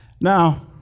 Now